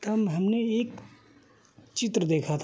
तो हम हमने एक चित्र देखा था